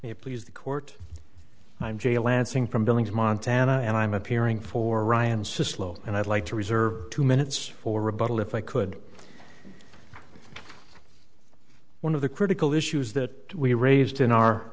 it please the court m j a lansing from billings montana and i'm appearing for ryan says slow and i'd like to reserve two minutes for rebuttal if i could one of the critical issues that we raised in our